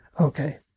Okay